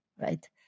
right